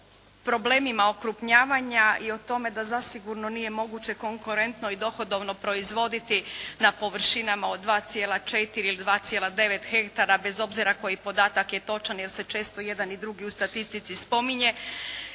o problemima okrupnjavanja i o tome da zasigurno nije moguće konkurentno i dohodovno proizvoditi na površinama od 2,4 ili 2,9 hektara, bez obzira koji podatak je točan jer se često jedan i drugi u statistici spominje.